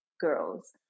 girls